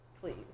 please